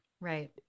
Right